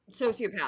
sociopath